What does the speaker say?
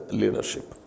leadership